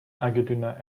argentina